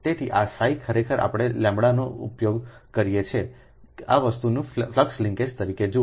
તેથી આ psi ખરેખર આપણે λનો ઉપયોગ કરીએ છીએ આ વસ્તુને ફ્લક્સ લિન્કેજ તરીકે જુઓ